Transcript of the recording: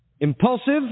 impulsive